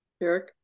Eric